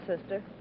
sister